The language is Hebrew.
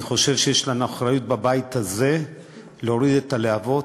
אני חושב שיש לנו אחריות בבית הזה להוריד את הלהבות.